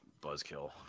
buzzkill